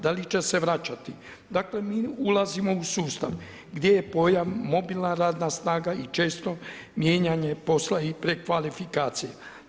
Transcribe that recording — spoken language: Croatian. Da li će se vraćati, dakle mi ulazimo u sustav gdje je pojam mobilna radna snaga i često mijenjanje posla i prekvalifikacije.